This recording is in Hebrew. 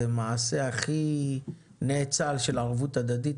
המעשה הכי נאצל של ערבות הדדית,